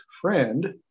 friend